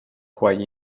quite